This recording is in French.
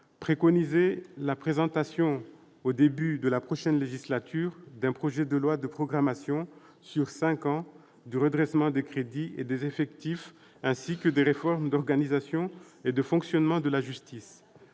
préconisait la présentation au début de la prochaine législature d'un projet de loi de programmation sur cinq ans pour le redressement des crédits et des effectifs, ainsi que des réformes d'organisation et de fonctionnement de la justice.